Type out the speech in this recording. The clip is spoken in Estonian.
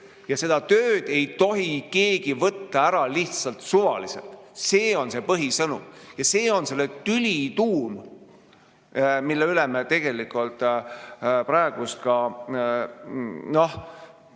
Ja seda tööd ei tohi keegi võtta ära lihtsalt suvaliselt. See on see põhisõnum. Ja see on selle tüli tuum, mille üle me tegelikult praegu ka siin